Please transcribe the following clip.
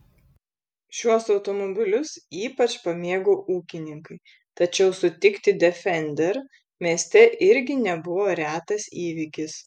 šiuos automobilius ypač pamėgo ūkininkai tačiau sutikti defender mieste irgi nebuvo retas įvykis